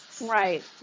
Right